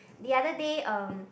the other day um